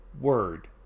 word